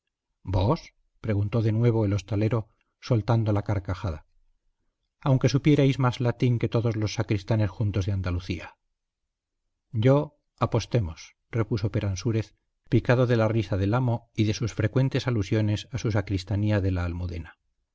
vos preguntó de nuevo el hostalero soltando la carcajada aunque supierais más latín que todos los sacristanes juntos de andalucía yo apostemos repuso peransúrez picado de la risa del amo y de sus frecuentes alusiones a su sacristanía de la almudena